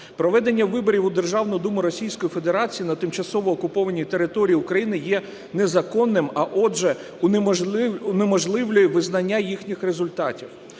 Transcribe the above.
Проведення виборів у Державну Думу Російської Федерації на тимчасово окупованій території України є незаконним, а, отже, унеможливлює визнання їхніх результатів.